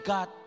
God